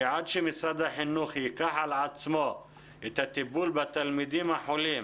שעד שמשרד החינוך ייקח על עצמו את הטיפול בתלמידים החולים